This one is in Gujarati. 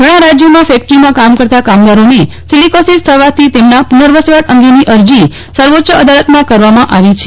ઘણા રાજ્યોમાં ફેકટરીમાં કામ કરતા કામદારોને સિલિકોસીસ થવાથી તેમના પુનર્વસવાટ અંગેની અરજી સર્વોચ્ય અદાલતમાં કરવામાં આવી છે